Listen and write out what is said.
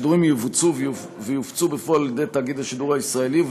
השידורים יבוצעו ויופצו בפועל על-ידי תאגיד השידור הישראלי,